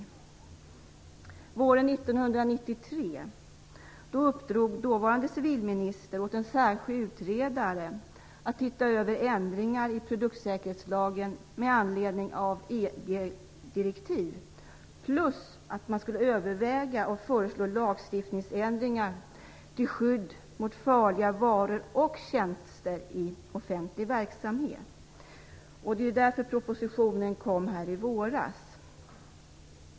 Våren 1993 uppdrog dåvarande civilministern åt en särskild utredare att titta över ändringar i produktsäkerhetslagen med anledning av EG-direktiv plus överväga och föreslå lagändringar till skydd mot farliga varor och tjänster i offentlig verksamhet. Sedan kom propositionen i våras.